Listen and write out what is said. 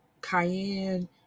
cayenne